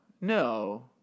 No